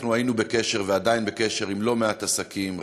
אנחנו היינו בקשר, ועדיין בקשר, עם לא מעט עסקים.